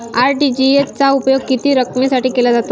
RTGS चा उपयोग किती रकमेसाठी केला जातो?